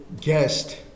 guest